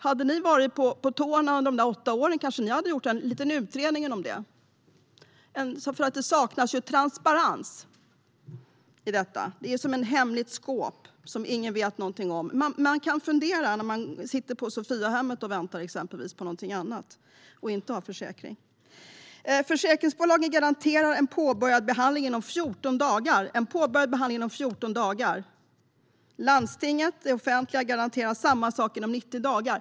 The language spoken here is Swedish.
Hade ni varit på tårna under era åtta år hade ni kanske gjort en utredning om det. Det saknas ju transparens. Det är som ett hemligt skåp som ingen vet någonting om. När man sitter och väntar på exempelvis Sophiahemmet och inte har försäkring kan man fundera på något annat. Försäkringsbolagen garanterar en påbörjad behandling inom 14 dagar. Landstinget, det offentliga, garanterar samma sak inom 90 dagar.